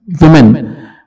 women